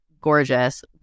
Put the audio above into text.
gorgeous